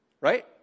Right